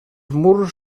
murs